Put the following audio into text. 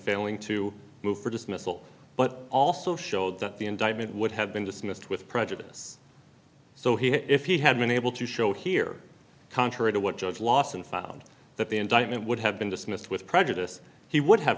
failing to move for dismissal but also showed that the indictment would have been dismissed with prejudice so he if he had been able to show here contrary to what judge lawson found that the indictment would have been dismissed with prejudice he would have